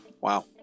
Wow